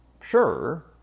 sure